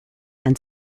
and